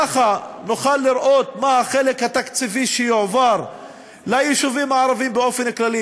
ככה נוכל לראות מה החלק התקציבי שיועבר ליישובים הערביים באופן כללי,